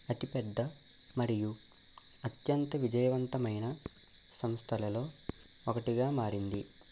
అతిపెద్ద మరియు అత్యంత విజయవంతమైన సంస్థలలో ఒకటిగా మారింది